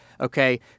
Okay